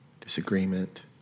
disagreement